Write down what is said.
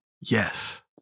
Yes